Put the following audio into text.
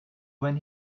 when